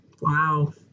Wow